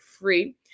free